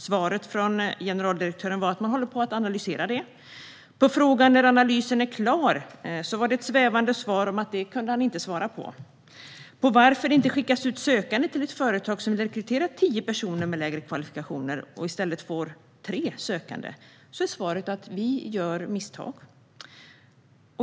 Svaret från generaldirektören var att man håller på att analysera det. På frågan när analysen är klar var det ett svävande svar om att han inte kunde redogöra för det. På varför det inte skickades ut tio utan bara tre sökande till ett företag som ville rekrytera tio personer med lägre kvalifikationer var svaret: Vi gör misstag.